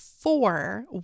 four